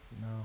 No